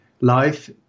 life